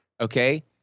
Okay